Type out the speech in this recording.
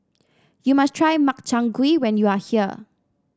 you must try Makchang Gui when you are here